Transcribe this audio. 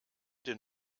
den